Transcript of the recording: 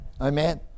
Amen